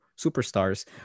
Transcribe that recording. superstars